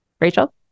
Rachel